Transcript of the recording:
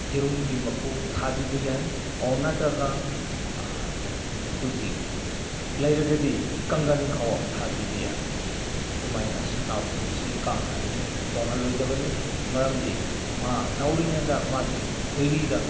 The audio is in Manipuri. ꯌꯦꯔꯨꯝꯒꯤ ꯃꯀꯨ ꯊꯥꯕꯤꯕ ꯌꯥꯏ ꯑꯣꯔ ꯅꯠꯇ꯭ꯔꯒ ꯑꯩꯈꯣꯏꯒꯤ ꯂꯩꯔꯒꯗꯤ ꯀꯪꯒꯟ ꯐꯥꯎ ꯊꯥꯕꯤꯕ ꯌꯥꯕꯅꯤ ꯑꯗꯨꯃꯥꯏꯅ ꯁꯟꯅꯥꯎꯒꯤ ꯄꯨꯟꯁꯤ ꯀꯥꯡ ꯍꯌꯤꯡ ꯇꯣꯡꯍꯜꯂꯣꯏꯗꯕꯅꯤ ꯃꯔꯝꯗꯤ ꯃꯥ ꯅꯧꯔꯤꯉꯩꯗ ꯃꯥꯒꯤ ꯈꯣꯏꯔꯤꯗ